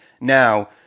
Now